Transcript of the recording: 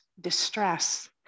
distress